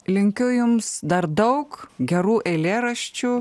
linkiu jums dar daug gerų eilėraščių